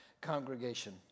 congregation